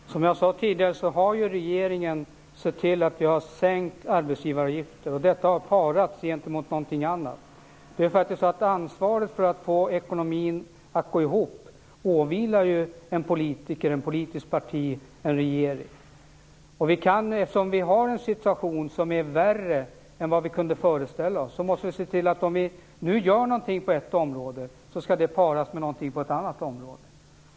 Herr talman! Som jag sade tidigare har ju regeringen sett till att vi har sänkt arbetsgivaravgifter och detta har parats med någonting annat. Ansvaret för att få ekonomin att gå ihop åvilar ju en politiker, ett politiskt parti eller en regering. Eftersom vi har en situation som är värre än vad vi kunde föreställa oss måste vi se till att om vi nu gör någonting på ett område så skall det paras med någonting på ett annat område.